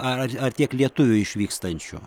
ar ar tiek lietuvių išvykstančių